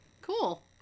Cool